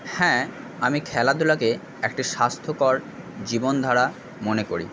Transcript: হ্যাঁ আমি খেলাধুলাকে একটা স্বাস্থ্যকর জীবনধারা মনে করি